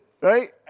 right